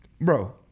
Bro